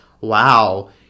Wow